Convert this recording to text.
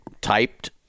typed